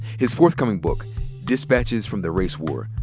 his forthcoming book, dispatches from the race war,